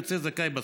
יוצא זכאי בסוף.